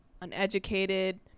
uneducated